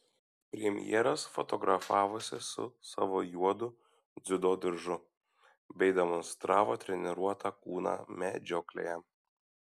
premjeras fotografavosi su savo juodu dziudo diržu bei demonstravo treniruotą kūną medžioklėje